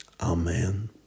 Amen